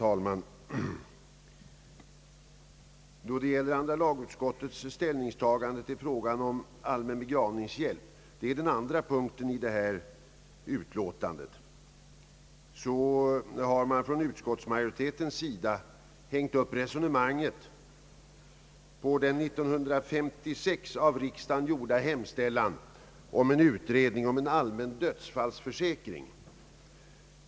Herr talman! Vid sitt ställningstagande till frågan om allmän begravningshjälp, punkten 2 i föreliggande utlåtande från andra lagutskottet, har utskottsmajoriteten grundat sitt resonemang på den 1956 av riksdagen gjorda hemställan om en utredning om en allmän dödsfallsförsäkring.